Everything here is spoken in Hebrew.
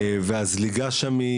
והזליגה שם,